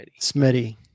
Smitty